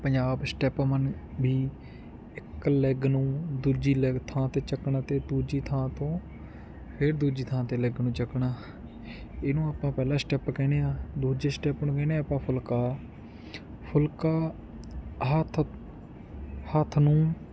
Punjab step ਮਾਨੇ ਵੀ ਇੱਕ ਲੈਗ ਨੂੰ ਦੂਜੀ ਲੈਗ ਥਾਂ 'ਤੇ ਚੱਕਣਾ ਅਤੇ ਦੂਜੀ ਥਾਂ ਤੋਂ ਫਿਰ ਦੂਜੀ ਥਾਂ 'ਤੇ ਲੈਗ ਨੂੰ ਚੱਕਣਾ ਇਹਨੂੰ ਆਪਾਂ ਪਹਿਲਾ ਸਟੈਪ ਕਹਿੰਦੇ ਆ ਦੂਜੇ ਸਟੈਪ ਨੂੰ ਕਹਿੰਦੇ ਹਾਂ ਆਪਾਂ ਫੁਲਕਾ ਫੁਲਕਾ ਹੱਥ ਹੱਥ ਨੂੰ